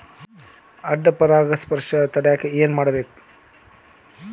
ಅಡ್ಡ ಪರಾಗಸ್ಪರ್ಶ ತಡ್ಯಾಕ ಏನ್ ಮಾಡ್ಬೇಕ್?